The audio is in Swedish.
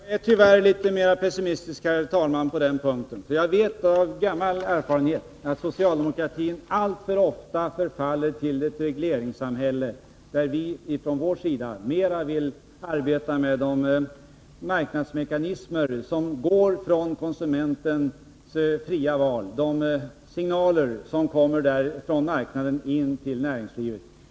Herr talman! Jag är tyvärr litet mer pessimistisk på den punkten. Jag vet av erfarenhet att socialdemokratin alltför ofta förfaller till ett regleringssamhälle, medan vi mer vill arbeta med de marknadsmekanismer som går från konsumentens fria val, de signaler som kommer från marknaden in till näringslivet.